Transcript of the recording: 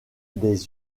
des